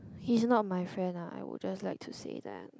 he's not my friend ah I would just like to say that